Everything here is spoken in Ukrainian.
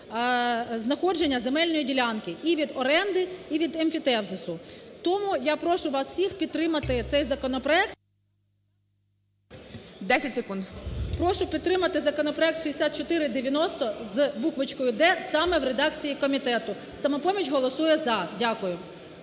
знаходження земельної ділянки, і від оренди, і від емфітевзису. Тому я прошу вас всіх підтримати цей законопроект. ГОЛОВУЮЧИЙ. 10 секунд. ОСТРІКОВА Т.Г. Прошу підтримати законопроект 6490 з буквочкою "д", саме в редакції комітету. "Самопоміч" голосує "за". Дякую.